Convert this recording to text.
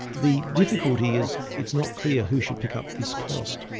the difficulty is it's not clear who should pick up this cost.